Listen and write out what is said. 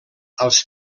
als